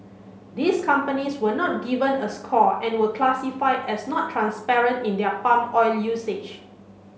these companies were not given a score and were classified as not transparent in their palm oil usage